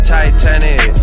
Titanic